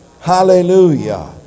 Hallelujah